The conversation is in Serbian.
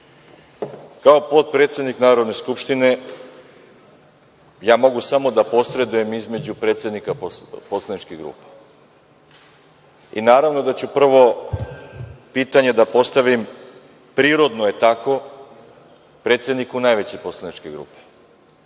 kao potpredsednik Narodne skupštine ja mogu samo da posredujem između predsednika poslaničkih grupa. Naravno da ću prvo pitanje da postavim, prirodno je tako, predsedniku najveće poslaničke grupe.